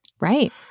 Right